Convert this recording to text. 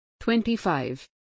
25